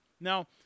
Now